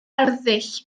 arddull